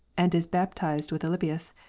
and is baptized with alypius,